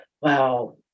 wow